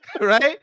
right